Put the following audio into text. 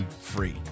free